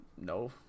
No